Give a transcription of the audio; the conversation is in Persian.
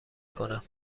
کنم